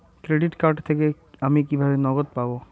Credit card থেকে আমি কিভাবে নগদ পাব?